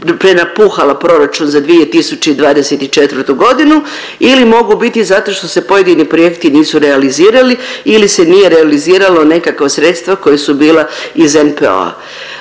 prenapuhala proračun za 2024.g. ili mogu biti zato što se pojedini projekti nisu realizirali ili se nije realiziralo nekakva sredstva koja su bila iz NPOO-a.